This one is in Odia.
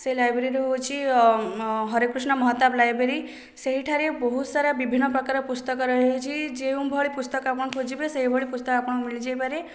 ସେ ଲାଇବ୍ରେରୀ ହେଉଛି ହରେକୃଷ୍ଣ ମହତାବ ଲାଇବ୍ରେରୀ ସେଇଠାରେ ବହୁତ ସାରା ବିଭିନ୍ନପ୍ରକାର ପୁସ୍ତକ ରହିଅଛି ଯେଉଁଭଳି ପୁସ୍ତକ ଆପଣ ଖୋଜିବେ ସେହିଭଳି ପୁସ୍ତକ ଆପଣଙ୍କୁ ମିଲିଯାଇପାରେ